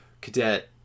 cadet